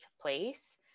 place